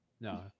no